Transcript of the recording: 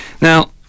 Now